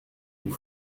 vous